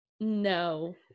no